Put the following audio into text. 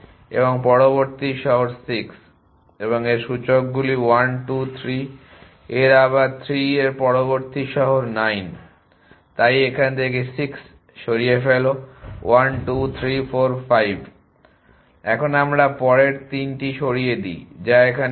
এবং পরবর্তী শহর 6 এবং এর সূচক গুলি 1 2 3 এর আবার 3 পরবর্তী শহর 9 তাই এখান থেকে 6 সরিয়ে ফেলো 1 2 3 4 5 5 এখানে আমরা পরের 3টি সরিয়ে দিই যা এখানে 2